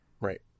Right